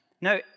No